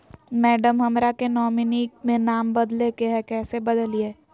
madam, हमरा के nominee में नाम बदले के हैं, कैसे बदलिए